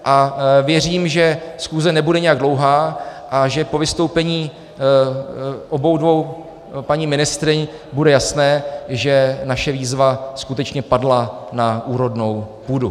A věřím, že schůze nebude nijak dlouhá a že po vystoupení obou dvou paní ministryň bude jasné, že naše výzva skutečně padla na úrodnou půdu.